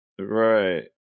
Right